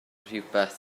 rhywbeth